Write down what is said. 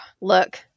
look